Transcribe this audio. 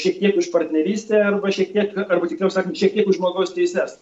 šiek tiek už partnerystę arba šiek tiek arba tiksliau sakant šiek tiek už žmogaus teises